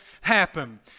happen